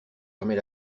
fermer